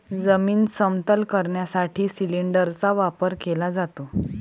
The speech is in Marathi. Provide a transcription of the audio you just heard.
जमीन समतल करण्यासाठी सिलिंडरचा वापर केला जातो